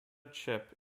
chip